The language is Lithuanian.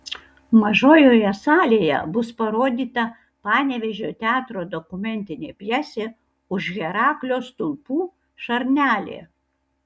mažojoje salėje bus parodyta panevėžio teatro dokumentinė pjesė už heraklio stulpų šarnelė